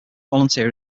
volunteer